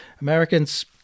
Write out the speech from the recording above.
Americans